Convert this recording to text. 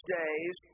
days